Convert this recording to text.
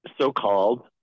so-called